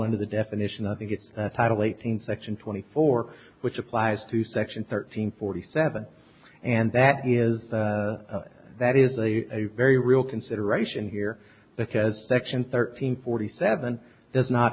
into the definition i think it's title eighteen section twenty four which applies to section thirteen forty seven and that is that is a very real consideration here because section thirteen forty seven does not